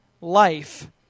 life